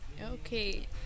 Okay